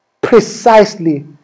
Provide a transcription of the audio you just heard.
precisely